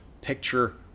Picture